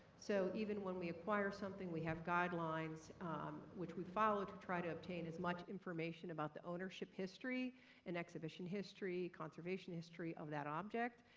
so even when we acquire something, we have guidelines which we follow to try to obtain as much information about the ownership history and exhibition history, conservation history of that object.